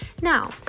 Now